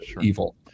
evil